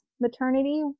maternity